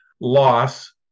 loss